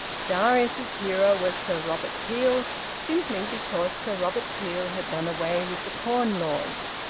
darius's hero was sir robert peel, simply because sir robert peel had done away with the corn laws.